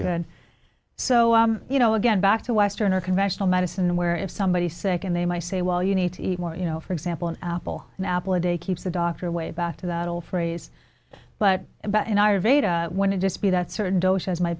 had so you know again back to western or conventional medicine where if somebody sick and they might say well you need to eat more you know for example an apple an apple a day keeps the doctor away back to that old phrase but about an hour veda when it just be that sort of dose as my